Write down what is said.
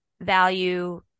value